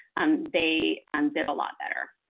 um they and did a lot better.